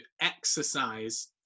exercise